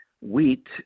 wheat